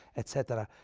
etc,